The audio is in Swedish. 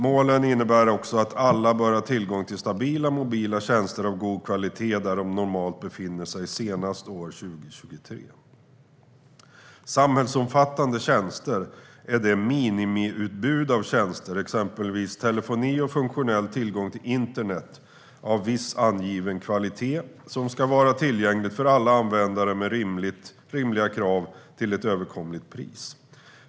Målen innebär också att senast år 2023 bör alla ha tillgång till stabila mobila tjänster av god kvalitet där de normalt befinner sig. Samhällsomfattande tjänster är det minimiutbud av tjänster, exempelvis telefoni och funktionell tillgång till internet av viss angiven kvalitet, som ska vara tillgängliga för alla användare med rimliga krav till ett överkomligt pris.